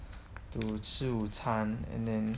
to 吃午餐 and then